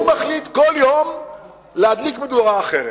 שמחליט כל יום להדליק מדורה אחרת,